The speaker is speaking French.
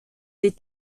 des